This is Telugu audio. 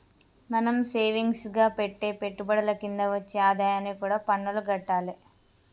మనం సేవింగ్స్ గా పెట్టే పెట్టుబడుల కింద వచ్చే ఆదాయానికి కూడా పన్నులు గట్టాలే